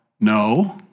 no